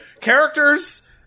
characters